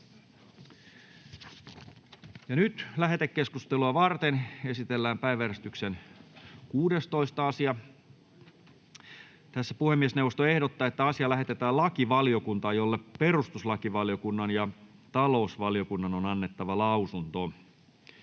Lähetekeskustelua varten esitellään päiväjärjestyksen 16. asia. Puhemiesneuvosto ehdottaa, että asia lähetetään lakivaliokuntaan, jolle perustuslakivaliokunnan ja talousvaliokunnan on annettava lausunto.